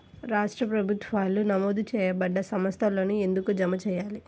రాష్ట్ర ప్రభుత్వాలు నమోదు చేయబడ్డ సంస్థలలోనే ఎందుకు జమ చెయ్యాలి?